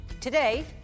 Today